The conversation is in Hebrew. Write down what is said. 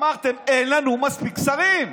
אמרתם: אין לנו מספיק שרים,